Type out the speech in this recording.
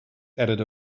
added